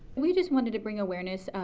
we just wanted to bring awareness,